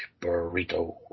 Burrito